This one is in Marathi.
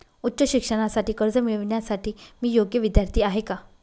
उच्च शिक्षणासाठी कर्ज मिळविण्यासाठी मी योग्य विद्यार्थी आहे का?